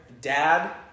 Dad